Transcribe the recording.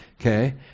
Okay